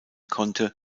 konnte